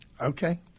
Okay